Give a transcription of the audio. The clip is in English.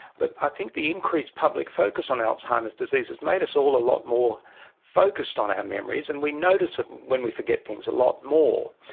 but i think the increased public focus on alzheimer's disease has made us all a lot more focused on our memories, and we notice it when we forget things a lot more.